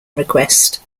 request